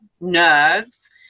nerves